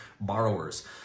borrowers